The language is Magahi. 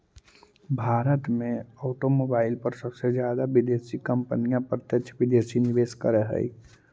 भारत में ऑटोमोबाईल पर सबसे जादा विदेशी कंपनियां प्रत्यक्ष विदेशी निवेश करअ हई